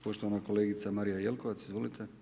Poštovana kolegica Marija Jelkovac, izvolite.